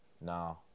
no